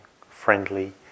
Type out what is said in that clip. friendly